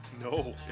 No